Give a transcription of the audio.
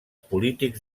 polítics